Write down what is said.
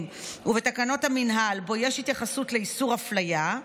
ובתקנות המינהל שבו יש התייחסות לאיסור אפליה,